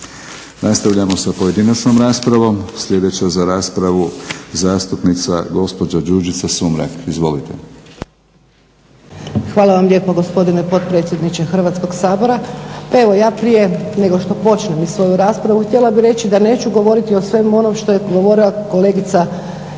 Nastavljamo sa pojedinačnom raspravom. Sljedeća za raspravu zastupnica gospođa Đurđica Sumrak. Izvolite. **Sumrak, Đurđica (HDZ)** Hvala vam lijepa gospodine potpredsjedniče Hrvatskog sabora. Pa evo ja prije nego što počnem svoju raspravu htjela bih reći da neću govoriti o svemu onom što je govorila kolegica Tireli